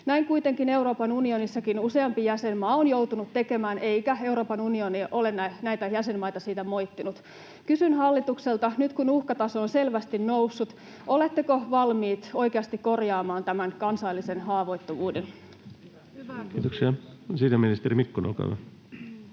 Näin kuitenkin Euroopan unionissakin useampi jäsenmaa on joutunut tekemään, eikä Euroopan unioni ole näitä jäsenmaita siitä moittinut. Kysyn hallitukselta: nyt kun uhkataso on selvästi noussut, oletteko valmiit oikeasti korjaamaan tämän kansallisen haavoittuvuuden? [Speech 10] Speaker: Ensimmäinen